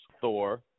Thor